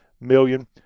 million